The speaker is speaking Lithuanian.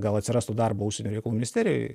gal atsirastų darbo užsienio reikalų ministerijoj